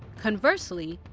conversely,